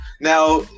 Now